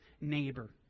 neighbor